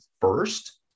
first